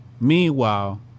Meanwhile